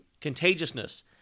contagiousness